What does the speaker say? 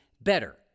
better